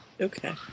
Okay